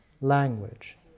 language